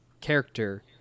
character